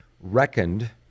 reckoned